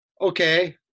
okay